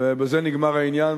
ובזה נגמר העניין,